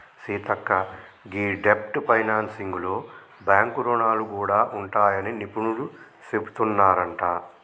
సీతక్క గీ డెబ్ట్ ఫైనాన్సింగ్ లో బాంక్ రుణాలు గూడా ఉంటాయని నిపుణులు సెబుతున్నారంట